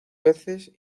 veces